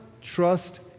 trust